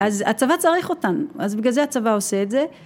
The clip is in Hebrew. ‫אז הצבא צריך אותנו, ‫אז בגלל זה הצבא עושה את זה.